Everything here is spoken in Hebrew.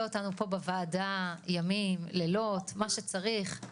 אותנו פה בוועדה ימים לילות מה שצריך,